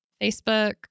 Facebook